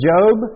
Job